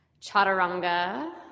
chaturanga